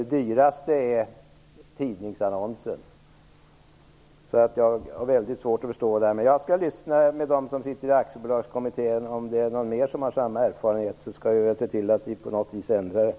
Det dyraste är tidningsannonsen. Jag har alltså mycket svårt att förstå det här, men jag skall höra med ledamöterna i Aktiebolagskommittén, och om någon ytterligare har samma erfarenhet, skall vi väl se till att reglerna på något vis ändras.